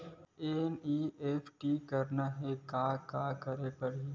NEFT करना हे त का करे ल पड़हि?